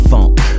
Funk